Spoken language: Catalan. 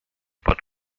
pot